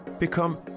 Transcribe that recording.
Become